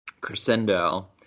crescendo